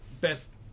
Best